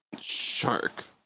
Shark